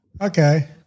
Okay